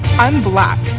i'm black.